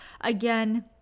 again